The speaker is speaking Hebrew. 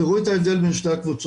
תראו את ההבדל בין שתי הקבוצות.